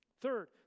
Third